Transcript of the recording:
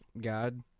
God